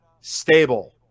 stable